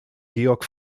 georg